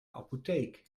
apotheek